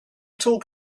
talk